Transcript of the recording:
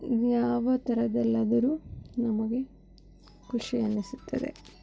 ಯಾವ ಥರದಲ್ಲಾದರು ನಮಗೆ ಖುಷಿ ಅನ್ನಿಸುತ್ತದೆ